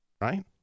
right